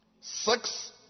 Six